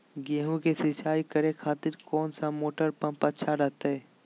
गेहूं के सिंचाई करे खातिर कौन सा मोटर पंप अच्छा रहतय?